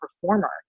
performer